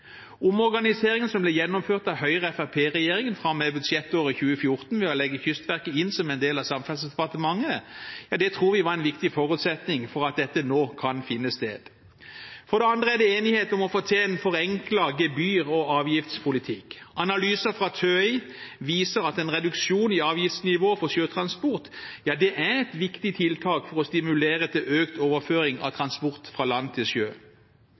Omorganiseringen som ble gjennomført av Høyre–Fremskrittsparti-regjeringen fra og med budsjettåret 2014 ved å legge Kystverket inn som en del av Samferdselsdepartementet, tror vi var en viktig forutsetning for at dette nå kan finne sted. For det andre er det enighet om å få til en forenklet gebyr- og avgiftspolitikk. Analyser fra TØI viser at en reduksjon i avgiftsnivået for sjøtransport er et viktig tiltak for å stimulere til økt overføring av transport fra land til sjø.